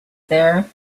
there